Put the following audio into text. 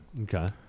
Okay